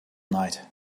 night